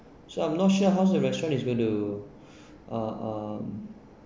so I'm not sure how the restaurant is going to uh uh